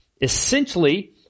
essentially